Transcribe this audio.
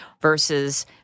versus